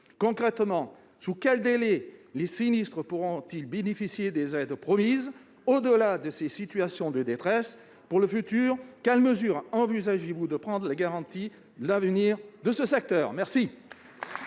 Concrètement, sous quel délai les sinistrés pourront-ils bénéficier des aides promises ? Au-delà de ces situations de détresse, quelles mesures envisagez-vous pour garantir l'avenir de ce secteur ?